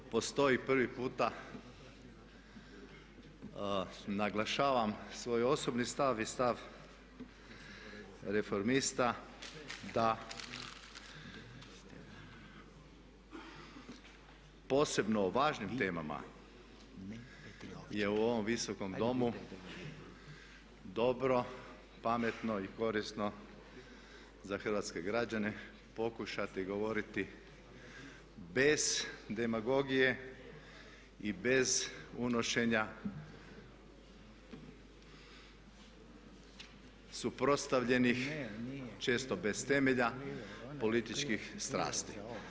Postoji prvi puta, naglašavam svoj osobni stav i stav Reformista da posebno o važnim temama je u ovom Visokom domu dobro pametno i korisno za hrvatske građane pokušati govoriti bez demagogije i bez unošenja suprotstavljenih, često bez temelja političkih strasti.